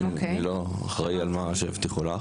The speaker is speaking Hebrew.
אני לא אחראי על מה שהבטיחו לך,